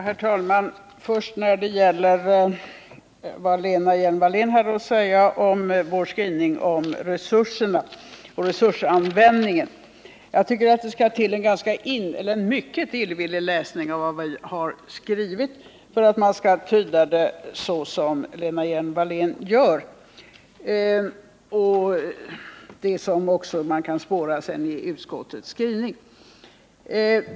Herr talman! Först vill jag ta upp vad Lena Hjelm-Wallén hade att säga om vår skrivning om resurserna och resursanvändningen. Jag tycker att det skall till en mycket illvillig läsning av vad vi har skrivit i propositionen för att man skall kunna tyda det så som Lena Hjelm-Wallén gör och som man också kan spåra i utskottets skrivning.